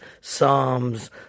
psalms